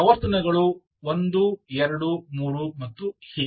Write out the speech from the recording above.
ಆವರ್ತನಗಳು 1 2 3 ಮತ್ತು ಹೀಗೆ